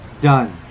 done